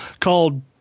called